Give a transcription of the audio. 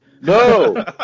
No